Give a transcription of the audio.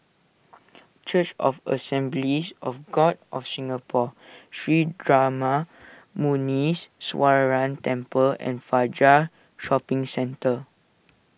Church of the Assemblies of God of Singapore Sri Darma Muneeswaran Temple and Fajar Shopping Centre